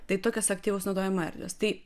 tai tokios aktyvaus naudojimo erdvės tai